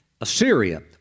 Assyria